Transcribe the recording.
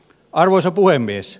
arvoisa puhemies